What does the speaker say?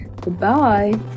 Goodbye